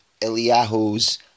Eliyahu's